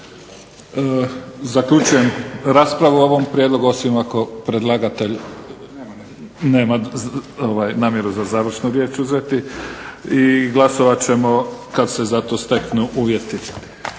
Zaključujem raspravu o ovom prijedlogu, osim ako predlagatelj… Nema namjeru za završnu riječ uzeti. Glasovat ćemo kad se za to steknu uvjeti.